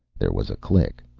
there was a click.